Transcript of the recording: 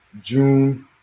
June